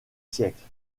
siècles